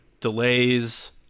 delays